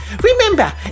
Remember